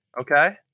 okay